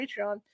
Patreon